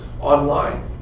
online